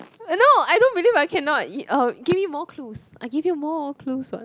no I don't believe I cannot give me more clues I give you more clues what